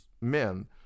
men